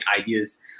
ideas